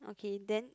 okay then